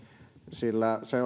sillä se